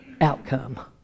outcome